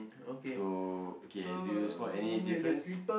so okay do you spot any difference